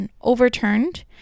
overturned